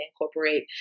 incorporate